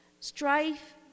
Strife